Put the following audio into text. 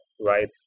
right